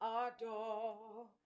adore